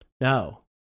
No